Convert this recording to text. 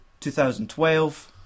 2012